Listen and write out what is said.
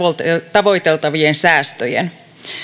tavoiteltavien säästöjen